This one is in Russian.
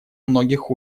многих